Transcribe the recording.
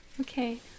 Okay